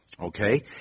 Okay